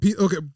okay